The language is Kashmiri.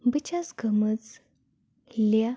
بہٕ چھَس گٔمٕژ لیٚہہ